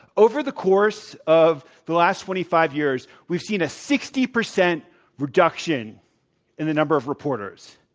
over the course of the last twenty five years we've seen a sixty percent reduction in the number of reporters.